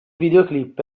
videoclip